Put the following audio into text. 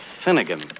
Finnegan